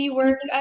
work